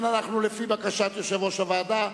לפי בקשת יושב-ראש הוועדה,